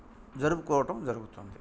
జరుపుకోవడం జరుగుతుంది